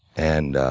and